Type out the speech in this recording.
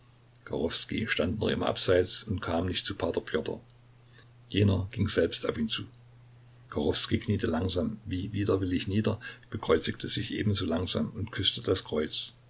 stand noch immer abseits und kam nicht zu p pjotr jener ging selbst auf ihn zu kachowskij kniete langsam wie widerwillig nieder bekreuzigte sich ebenso langsam und küßte das kreuz